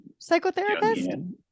Psychotherapist